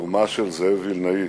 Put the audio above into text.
שהתרומה של זאב וילנאי